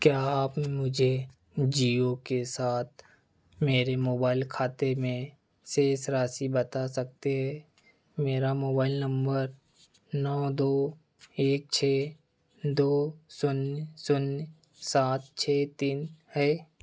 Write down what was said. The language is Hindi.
क्या आप मुझे जियो के साथ मेरे मोबाइल खाते में शेष राशि बता सकते हैं मेरा मोबाइल नम्बर नौ दो एक छह दो शून्य शून्य सात तीन छह है